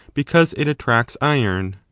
because it attracts iron.